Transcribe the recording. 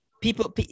People